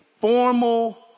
formal